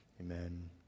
Amen